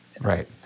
Right